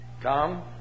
Tom